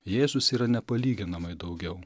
jėzus yra nepalyginamai daugiau